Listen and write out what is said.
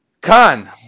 Khan